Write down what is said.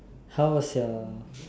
how's your